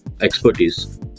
expertise